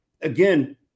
again